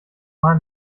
mal